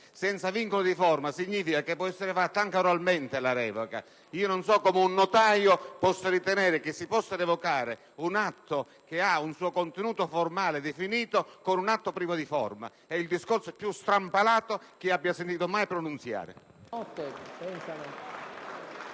Senza vincoli di forma significa che la revoca può essere fatta anche oralmente. Non so come un notaio possa ritenere che si possa revocare un atto che ha un suo contenuto formale definito con un atto privo di forma. È il discorso più strampalato che abbia mai sentito pronunziare.